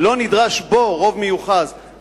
לא נדרש בו רוב מיוחס,